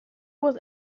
was